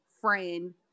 friend